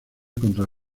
contra